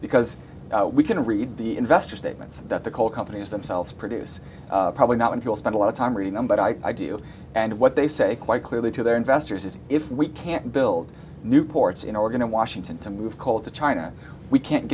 because we can read the investor statements that the coal companies themselves produce probably not when people spend a lot of time reading them but i do and what they say quite clearly to their investors is if we can't build new ports in or going to washington to move coal to china we can't